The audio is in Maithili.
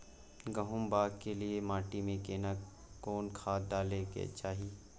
गहुम बाग के लिये माटी मे केना कोन खाद डालै के चाही?